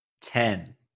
Ten